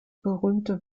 berühmte